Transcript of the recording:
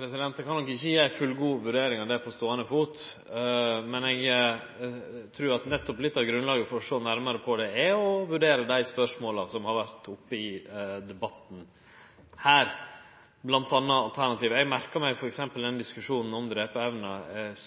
Eg kan nok ikkje gje ei fullgod vurdering av det på ståande fot, men eg trur at litt av grunnlaget for å sjå nærmare på det, er å vurdere dei spørsmåla som har vore oppe i debatten her, bl.a. alternativa. Eg merka meg f.eks. diskusjonen om drepeevne.